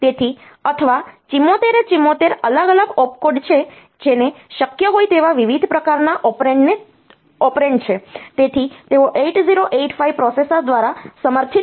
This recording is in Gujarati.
તેથી અથવા 74 એ 74 અલગ અલગ ઓપકોડ છે જેને શક્ય હોય તેવા વિવિધ પ્રકારના ઓપરેન્ડને છે તેથી તેઓ 8085 પ્રોસેસર દ્વારા સમર્થિત હોય છે